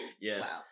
Yes